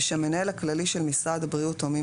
ושהמנהל הכללי של משרד הבריאות או מי